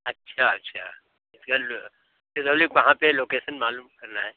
अच्छा अच्छा फिरौली वहाँ पर लोकैसन मालूम करना है